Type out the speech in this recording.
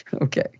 Okay